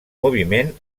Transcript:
moviment